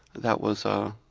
that was ah